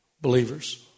believers